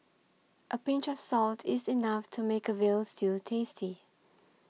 a pinch of salt is enough to make a Veal Stew tasty